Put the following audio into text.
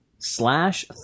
slash